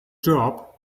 job